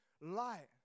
light